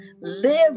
Live